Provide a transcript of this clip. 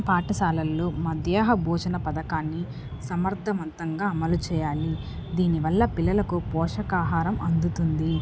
పాఠశాలల్లో మధ్యాహ్న భోజన పథకాన్ని సమర్థవంతంగా అమలు చెయ్యాలి దీనివల్ల పిల్లలకు పోషకాహారం అందుతుంది